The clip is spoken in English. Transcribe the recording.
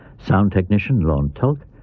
sound technician lorne tulk.